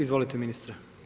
Izvolite ministre.